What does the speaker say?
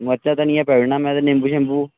मरचां धनियां पाई ओड़ना में नींबू शींबू